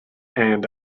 and